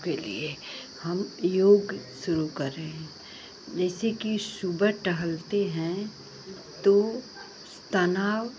के लिए हम योग शुरु कर रहे हैं जैसे कि सुबह टहलते हैं तो तनाव